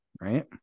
Right